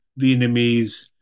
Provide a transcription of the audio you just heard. Vietnamese